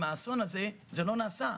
לא עשינו.